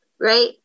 right